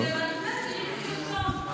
חבר הכנסת יוראי להב, בבקשה.